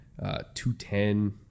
210